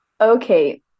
okay